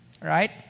Right